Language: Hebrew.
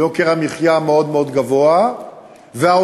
יוקר המחיה מאוד מאוד גבוה וההוצאות,